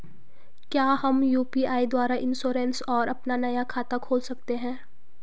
क्या हम यु.पी.आई द्वारा इन्श्योरेंस और अपना नया खाता खोल सकते हैं?